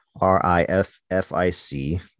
R-I-F-F-I-C